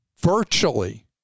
virtually